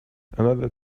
another